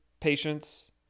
patience